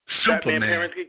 Superman